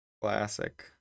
Classic